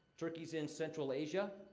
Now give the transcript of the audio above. turkey's in central asia.